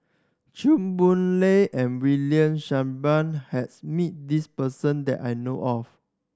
Chew Boon Lay and William Shellabear has meet this person that I know of